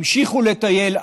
המשיכו לטייל,